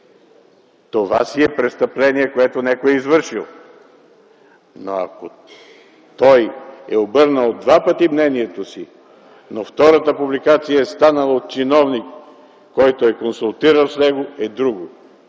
това си е престъпление, което някой е извършил. Но ако той е обърнал два пъти мнението си, а втората публикация е станала от чиновник, който е консултирал с него, е друго.